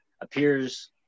appears